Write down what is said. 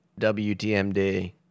WTMD